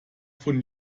von